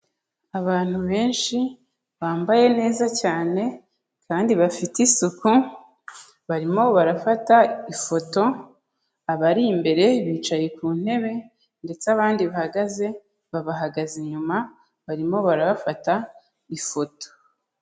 Abantu benshi bambaye neza cyane kandi bafite isuku barimo barafata ifoto, abari imbere bicaye ku ntebe ndetse abandi bahagaze, babahagaze inyuma barimo barabafata ifoto.